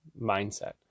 mindset